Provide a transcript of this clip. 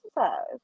exercise